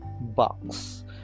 box